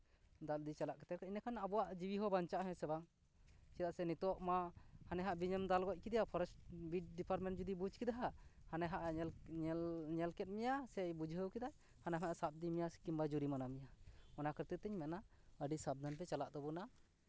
ᱫᱟᱞ ᱤᱫᱤ ᱪᱟᱞᱟᱣ ᱠᱟᱛᱮᱫ ᱮᱸᱰᱮᱠᱷᱟᱱ ᱟᱵᱚᱣᱟᱜ ᱡᱤᱣᱤ ᱦᱚᱸ ᱵᱟᱧᱪᱟᱜᱼᱟ ᱦᱮᱸ ᱥᱮ ᱵᱟᱝ ᱪᱮᱫᱟᱜ ᱥᱮ ᱱᱤᱛᱚᱜ ᱢᱟ ᱦᱟᱱᱮ ᱦᱟᱸᱜ ᱵᱤᱧ ᱮᱢ ᱫᱟᱞ ᱜᱚᱡ ᱠᱮᱫᱮᱭᱟ ᱯᱷᱚᱨᱮᱥᱴ ᱵᱤᱨ ᱰᱤᱯᱟᱨᱢᱮᱱᱴ ᱡᱩᱫᱤ ᱵᱩᱡ ᱠᱮᱫᱟ ᱦᱟᱸᱜ ᱦᱟᱱᱮ ᱦᱟᱸᱜ ᱧᱮᱞ ᱧᱮᱞ ᱠᱮᱫ ᱢᱮᱭᱟ ᱥᱮᱭ ᱵᱩᱡᱷᱟᱹᱣ ᱠᱮᱫᱟ ᱦᱟᱸᱰᱮ ᱠᱷᱚᱱᱟᱜ ᱥᱟᱵ ᱤᱫᱤ ᱢᱮᱭᱟ ᱥᱮ ᱠᱤ ᱡᱩᱨᱤᱢᱟᱱᱟ ᱢᱮᱭᱟ ᱚᱱᱟ ᱠᱷᱟᱹᱛᱤᱨ ᱛᱤᱧ ᱢᱮᱱᱟ ᱟᱹᱰᱤ ᱥᱟᱵᱷᱟᱱ ᱛᱮ ᱪᱟᱞᱟᱜ ᱛᱟᱵᱳᱱᱟ